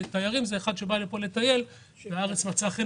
תייר זה אחד שבא לפה לטייל והארץ מצאה חן